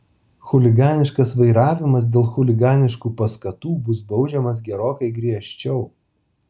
chuliganiškas vairavimas dėl chuliganiškų paskatų bus baudžiamas gerokai griežčiau